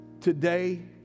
today